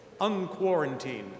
unquarantined